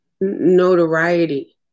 notoriety